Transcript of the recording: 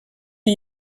are